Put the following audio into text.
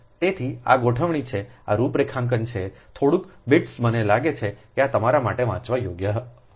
તેથી આ ગોઠવણી છે આ રૂપરેખાંકનને થોડુંક બિટ્સ મને લાગે છે કે તે તમારા માટે વાંચવા યોગ્ય હશે